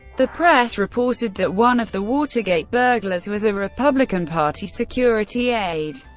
the press reported that one of the watergate burglars was a republican party security aide.